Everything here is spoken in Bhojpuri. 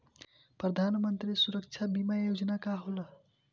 प्रधानमंत्री सुरक्षा बीमा योजना का होला?